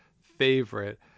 favorite